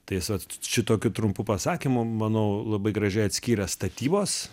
tai jis vat šitokiu trumpu pasakymu manau labai gražiai atskyrė statybas